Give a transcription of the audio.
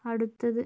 അടുത്തത്